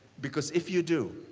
because if you do,